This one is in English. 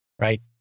right